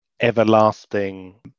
everlasting